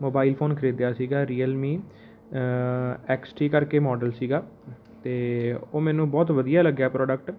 mobile phone ਖਰੀਦਿਆ ਸੀਗਾ Realme X T ਕਰਕੇ ਮੋਡਲ ਸੀਗਾ ਅਤੇ ਉਹ ਮੈਨੂੰ ਬਹੁਤ ਵਧੀਆ ਲੱਗਿਆ ਪ੍ਰੋਡਕਟ